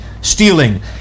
stealing